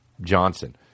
Johnson